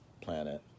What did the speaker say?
planet